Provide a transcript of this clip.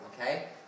okay